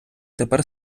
тепер